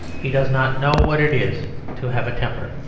he does not know what it is to have a temper.